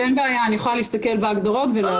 אין בעיה, אני יכולה להסתכל בהגדרות ולהעביר.